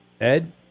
Ed